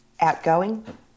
outgoing